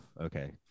Okay